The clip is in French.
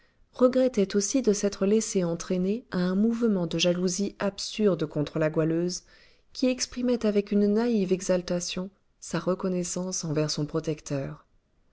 regrettait aussi de s'être laissé entraîner à un mouvement de jalousie absurde contre la goualeuse qui exprimait avec une naïve exaltation sa reconnaissance envers son protecteur